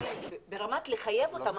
אפילו ברמה של לחייב אותם.